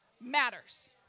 matters